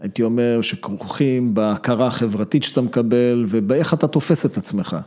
הייתי אומר שכרוכים בהכרה חברתית שאתה מקבל ובאיך אתה תופס את עצמך.